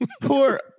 Poor